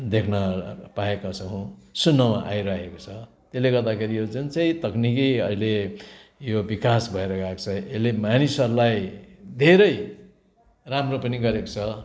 देख्न पाएका छौँ सुन्नमा आइरहेको छ त्यसले गर्दाखेरि यो जुन चाहिँ तक्निकी अहिले यो विकास भएर गएको छ यसले मानिसहरूलाई धेरै राम्रो पनि गरेको छ